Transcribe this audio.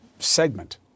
segment